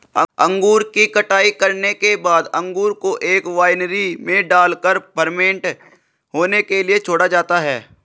अंगूर की कटाई करने के बाद अंगूर को एक वायनरी में डालकर फर्मेंट होने के लिए छोड़ा जाता है